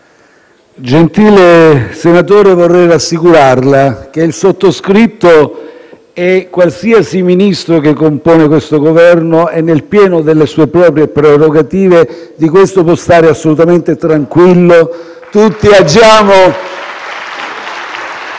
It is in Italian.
Gentile senatore, vorrei rassicurarla sul fatto che il sottoscritto e qualsiasi Ministro che compone questo Governo è nel pieno delle sue prerogative. Di questo può stare assolutamente tranquillo. *(Applausi